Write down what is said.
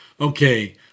Okay